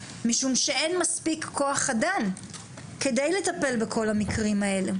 משום שאין מספיק כוח אדם כדי לטפל בכל המקרים האלה.